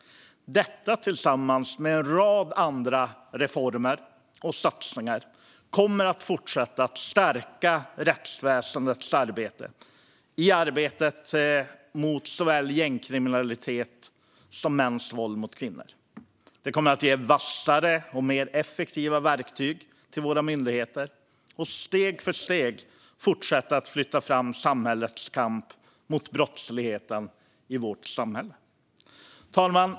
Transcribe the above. Detta tillsammans med en rad andra reformer och satsningar kommer att fortsätta stärka rättsväsendet i arbetet mot såväl gängkriminalitet som mäns våld mot kvinnor. Det kommer att ge vassare och mer effektiva verktyg för våra myndigheter och steg för steg fortsätta att flytta fram samhällets kamp mot brottsligheten i vårt samhälle. Fru talman!